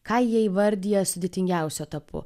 ką jie įvardija sudėtingiausiu etapu